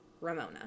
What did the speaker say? Ramona